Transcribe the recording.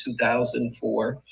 2004